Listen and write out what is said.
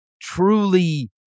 truly